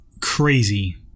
crazy